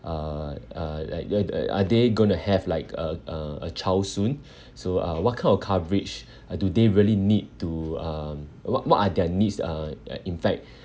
uh uh like th~ are they gonna have like uh uh a child soon so uh what kind of coverage uh do they really need to um what what are their needs uh uh in fact